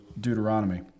Deuteronomy